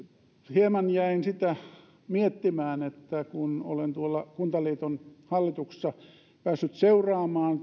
hieman jäin miettimään kun olen tuolla kuntaliiton hallituksessa päässyt seuraamaan